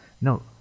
no